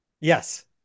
Yes